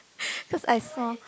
cause I small